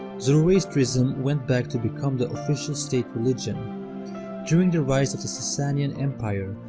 zoroastrism went back to become the official state religion during the rise of the sasanian empire,